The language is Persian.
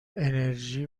انِرژی